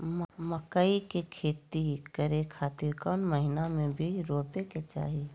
मकई के खेती करें खातिर कौन महीना में बीज रोपे के चाही?